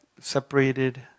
separated